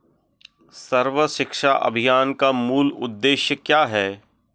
सर्व शिक्षा अभियान का मूल उद्देश्य क्या है?